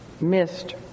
missed